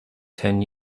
ten